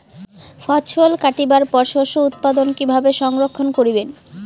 ফছল কাটিবার পর শস্য উৎপাদন কিভাবে সংরক্ষণ করিবেন?